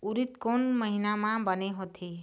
उरीद कोन महीना म बने होथे?